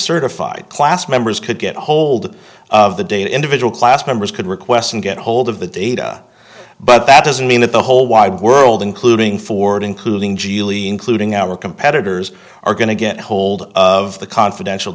certified class members could get hold of the data individual class members could request and get hold of the data but that doesn't mean that the whole wide world including ford including gili including our competitors are going to get hold of of the confidential